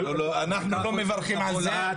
אנחנו לא מברכים על זה.